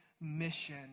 mission